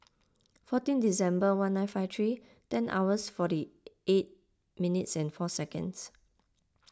fourteen December one nine five three ten hours forty eight minutes and four seconds